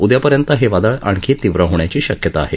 उद्यापर्यंत हे वादळ आणखी तीव्र होण्याची शक्यता आहे